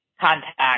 contact